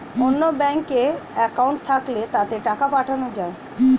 অন্য ব্যাঙ্কে অ্যাকাউন্ট থাকলে তাতে টাকা পাঠানো যায়